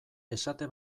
esate